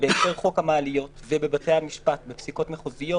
בהסדר חוק המעליות ובבתי המשפט בפסיקות מחוזיות,